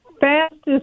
fastest